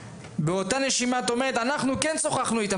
באותה נשימה את אומרת: אנחנו כן שוחחנו איתם.